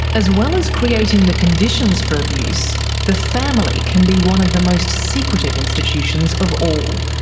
as well as creating the conditions for abuse, the family can be one of the most secretive institutions of all.